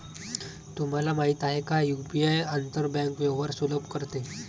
तुम्हाला माहित आहे का की यु.पी.आई आंतर बँक व्यवहार सुलभ करते?